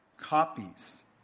Copies